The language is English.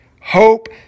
hope